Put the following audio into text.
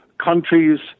Countries